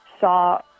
saw